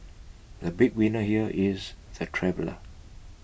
the big winner here is the traveller